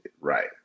Right